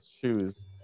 shoes